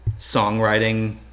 Songwriting